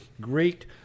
great